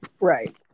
Right